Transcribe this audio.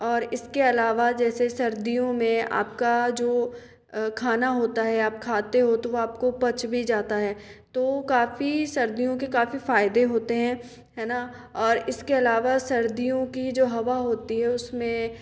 और इसके अलावा जैसे सर्दियों में आपका जो खाना होता है आप खाते हो तो वो आपको पच भी जाता है तो काफ़ी सर्दियों के काफ़ी फ़ायदे होते हैं है ना और इसके अलावा सर्दियों की जो हवा होती है उसमें